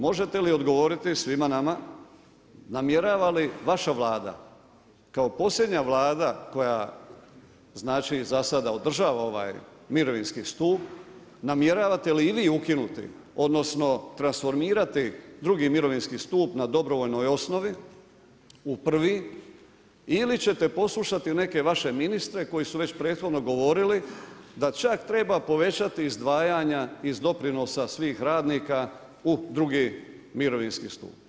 Možete li odgovoriti svima nama, namjerava li vaš Vlada kao posljednja Vlada koja znači za sad održava ovaj mirovinski stup, namjeravate li i vi ukinuti, odnosno, transformirati 2. mirovinski stup na dobrovoljnoj osnovi u 1. ili ćete poslušati neke vaše ministre koji su već prethodno govorili, da čak treba povećati izdvajanja iz doprinosa svih radnika u 2. mirovinski stup.